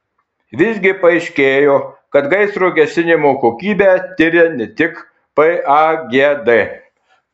visgi paaiškėjo kad gaisro gesinimo kokybę tiria ne tik pagd